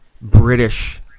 British